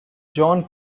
john